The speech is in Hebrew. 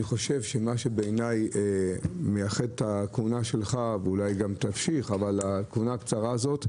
מה שבעיניי מייחד את הכהונה שלך אולי תמשיך אבל הכהונה הקצרה הזאת,